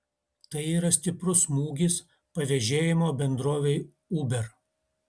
tai yra stiprus smūgis pavėžėjimo bendrovei uber